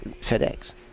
FedEx